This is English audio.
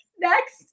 Next